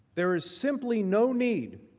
there is simply, no need,